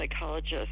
psychologist